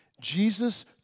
Jesus